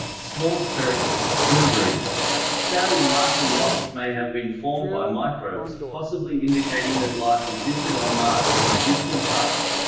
small spherical blueberries found in martian rocks may have been formed by microbes, possibly indicating that life existed on mars in the distant past.